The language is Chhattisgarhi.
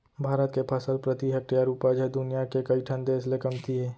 भारत के फसल प्रति हेक्टेयर उपज ह दुनियां के कइ ठन देस ले कमती हे